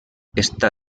està